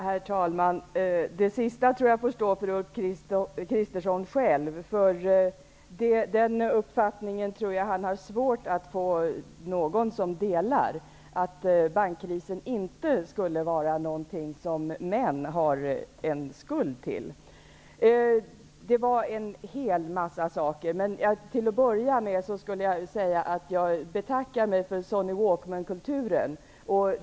Herr talman! Det sista får står för Ulf Kristersson själv. Jag tror att han har svårt att finna någon som delar den uppfattningen, dvs. att bankkrisen inte skulle vara något som män har en skuld till. Ulf Kristersson tog upp en massa saker, men till att börja med skulle jag vilja säga att jag betackar mig för ''Sony Walkman''-kulturen.